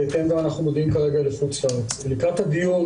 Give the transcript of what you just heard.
לקראת הדיון